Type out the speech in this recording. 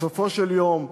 בסופו של יום,